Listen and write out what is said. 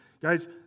Guys